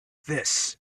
this